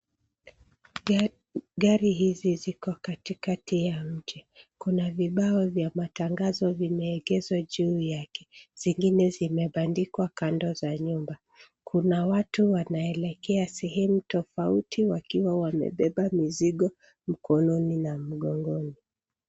Gari hizi ziko katikati ya mji. Kuna vibao vya matangazo vimeekezwa juu yake zingine zimebandikwa kando za nyumba. Kuna watu wanaelekea sehemu tofauti wakiwa wamebeba mizigo mkononi na mgongoni.